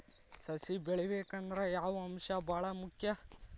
ಸಸಿ ಬೆಳಿಬೇಕಂದ್ರ ಯಾವ ಅಂಶ ಭಾಳ ಮುಖ್ಯ?